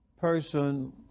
person